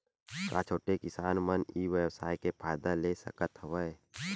का छोटे किसान मन ई व्यवसाय के फ़ायदा ले सकत हवय?